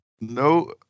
no